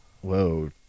Whoa